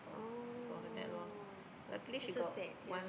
oh that's so sad yeah